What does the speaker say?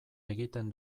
egiten